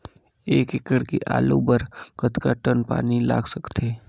एक एकड़ के आलू बर कतका टन पानी लाग सकथे?